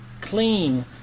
clean